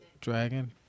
Dragon